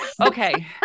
Okay